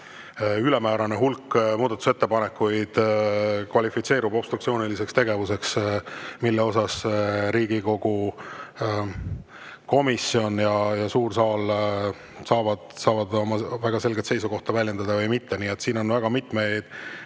ülemäärane hulk muudatusettepanekuid kvalifitseerub obstruktsiooniliseks tegevuseks, mille puhul Riigikogu komisjon ja suur saal saavad väga selget seisukohta väljendada. Nii et siin on väga mitmeid